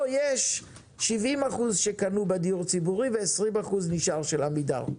או יש 70% שקנו בדיור ציבורי ו-20% נשאר של עמידר.